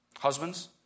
Husbands